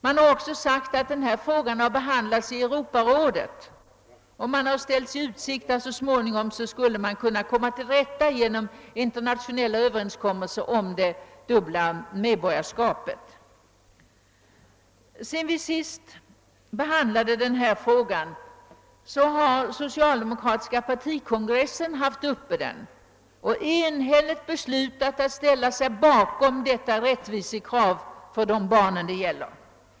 Man har också sagt att denna fråga behandlats i Europarådet, och det har ställts i utsikt att vi så småningom skulle kunna komma till rätta med frågan genom internationella överenskommelser om det dubbla medborgarskapet. Sedan vi senast behandlade denna fråga har socialdemokratiska partikongressen haft den uppe till behandling och enhälligt beslutat att ställa sig bakom detta rättvisekrav för de barn det gällt.